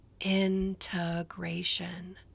integration